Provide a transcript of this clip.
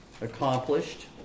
accomplished